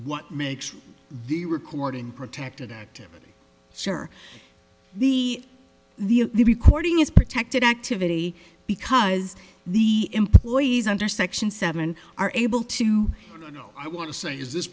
what makes the recording protected active sure the the recording is protected activity because the employees under section seven are able to know i want to say is this